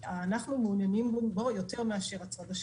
כי אנחנו מעוניינים בו יותר מאשר הצד השני.